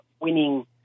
winning